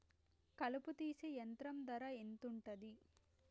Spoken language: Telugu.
కలుపు తీసే యంత్రం ధర ఎంతుటది?